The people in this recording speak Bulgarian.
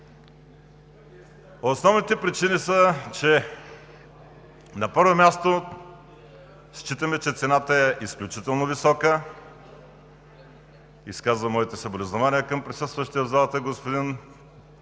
Основните причини са: на първо място, считаме, че цената е изключително висока. Изказвам моите съболезнования към присъстващия в залата господин